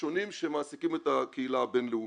שונים שמעסיקים את הקהילה הבינלאומית.